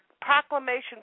proclamation